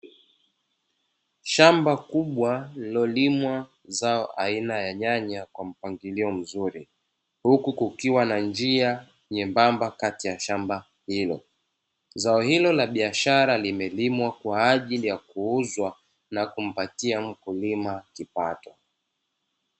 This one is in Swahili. Shamba kubwa lililolimwa zao aina ya nyanya kwa mpangilio mzuri huku kukiwa na njia nyembamba kati ya shamba hilo, zao hilo la biashara limelimwa kwa ajili ya kuuzwa na kumpatia mkulima kipato.